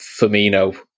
Firmino